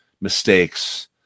mistakes